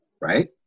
Right